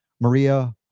Maria